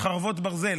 "חרבות ברזל".